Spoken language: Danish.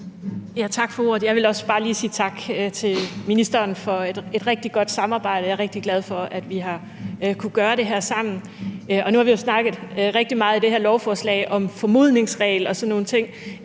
Tak for ordet. Jeg vil også bare lige sige tak til ministeren for et rigtig godt samarbejde. Jeg er rigtig glad for, at vi har kunnet gøre det her sammen, og nu har vi jo i forbindelse med det her lovforslag snakket rigtig meget om en formodningsregel og sådan nogle ting.